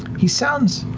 he sounds